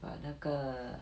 but 那个